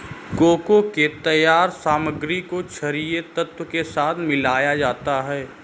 cocoa के तैयार सामग्री को छरिये तत्व के साथ मिलाया जाता है